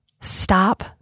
stop